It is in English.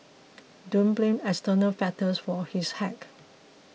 don't blame external factors for his hack